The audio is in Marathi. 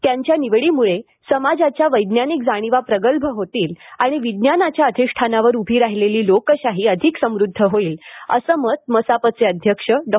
त्यांच्या निवडीमुळे समाजाच्या वैज्ञानिक जाणिवा प्रगल्भ होतील आणि विज्ञानाच्या अधिष्ठानावर उभी राहिलेली लोकशाही अधिक समृद्ध होईल असं मत मसापचे अध्यक्ष डॉ